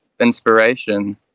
inspiration